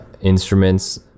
instruments